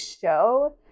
show